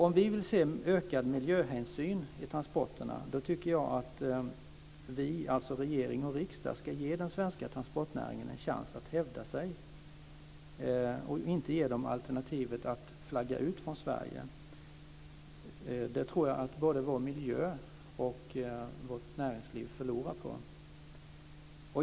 Om vi vill se ökad miljöhänsyn i transporterna tycker jag att vi, dvs. regering och riksdag, ska ge den svenska transportnäringen en chans att hävda sig och inte ge den alternativet att flagga ut från Sverige. Det tror jag att både vår miljö och vårt näringsliv förlorar på.